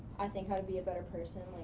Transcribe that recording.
i think, how to be a better person,